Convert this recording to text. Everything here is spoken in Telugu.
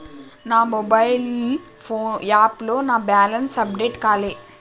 నా మొబైల్ యాప్లో నా బ్యాలెన్స్ అప్డేట్ కాలే